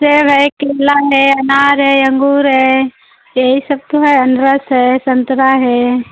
सेब है केला है अनार है अंगूर है यही सब तो है अनरस है संतरा है